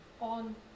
on